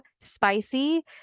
spicy